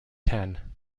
ten